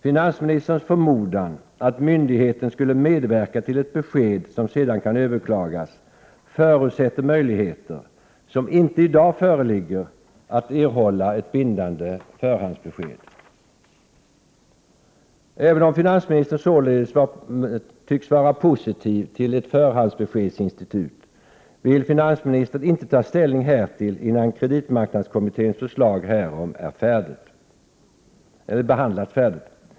Finansministerns förmodan att myndigheten skulle medverka till ett besked som sedan kan överklagas förutsätter möjligheter, som inte i dag föreligger, att erhålla ett bindande förhandsbesked. Även om finansministern således tycks vara positiv till ett förhandsbe skedsinstitut, vill han inte ta ställning härtill innan kreditmarknadskommitténs förslag härom behandlats färdigt.